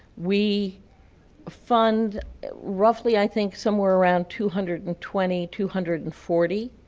we fund roughly, i think, somewhere around two hundred and twenty two hundred and forty